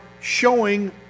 showing